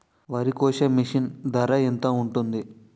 వరి కోసే మిషన్ ధర ఎంత ఉంటుంది?